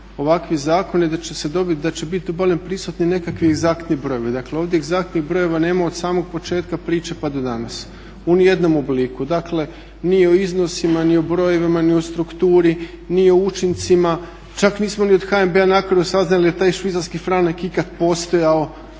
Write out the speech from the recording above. da će se dobit, da će bit bolje prisutni nekakvi egzaktni brojevi. Dakle, ovdje egzaktnih brojeva nema od samog početka priče pa do danas u ni jednom obliku. Dakle, ni o iznosima, ni o brojevima, ni u strukturi ni učincima. Čak nismo ni o HNB-a na kraju saznali je li taj švicarski franak ikad postojao,